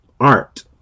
art